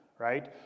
right